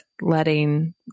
letting